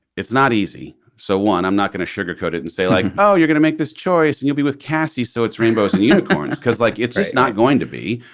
it's not easy. so one, i'm not going to sugarcoat it and say like, oh, you're gonna make this choice and you'll be with cassie. so it's rainbows and unicorns because like it's just not going to be.